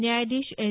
न्यायाधीश एस